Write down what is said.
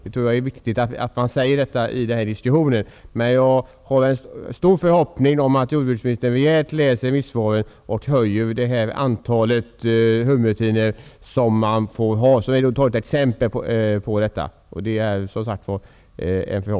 Det är viktigt att man säger detta i den här diskussionen. Jag hoppas att jordbruksministern läser remissvaren och höjer det antal hummertinor som man får ha.